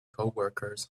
coworkers